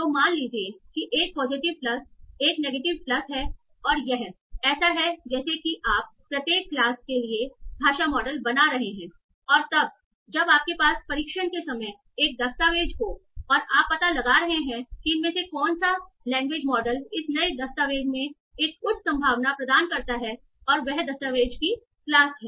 तो मान लीजिए कि एक पॉजिटिव प्लस एक नेगेटिव प्लस है और यह ऐसा है जैसे कि आप प्रत्येक क्लास के लिए भाषा मॉडल बना रहे हैं और तब जब आपके पास परीक्षण के समय एक दस्तावेज़ हो और आप पता लगा रहे हैं कि इनमें से कौन सा लैंग्वेज मॉडल इस नए दस्तावेज़ में एक उच्च संभावना प्रदान करता है और वह दस्तावेज़ की क्लास है